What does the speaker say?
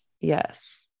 Yes